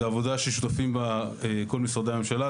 זו עבודה ששותפים בה כל משרדי הממשלה,